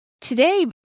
today